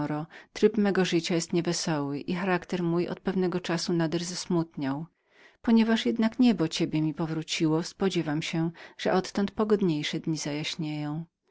tryb mego życia jest nie wesoły i charakter mój od pewnego czasu nader zesmutniał ponieważ jednak niebo ciebie mi powróciło spodziewam się że odtąd pogodniejsze dni